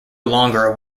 longer